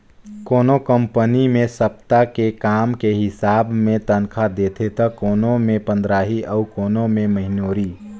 कोनो कंपनी मे सप्ता के काम के हिसाब मे तनखा देथे त कोनो मे पंदराही अउ कोनो मे महिनोरी